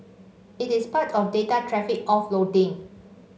it is part of data traffic offloading